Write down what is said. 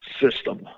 system